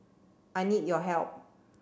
I need your help